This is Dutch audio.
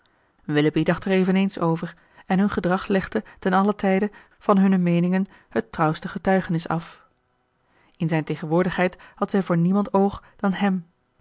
willoughby dacht er eveneens over en hun gedrag legde ten allen tijde van hunne meeningen het trouwste getuigenis af in zijn tegenwoordigheid had zij voor niemand oog dan hèm